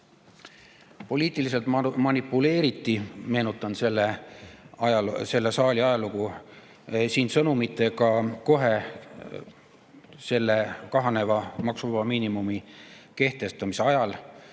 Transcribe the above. Poliitiliselt manipuleeriti – meenutan selle saali ajalugu – siin sõnumitega, kohe selle kahaneva maksuvaba miinimumi kehtestamise ajal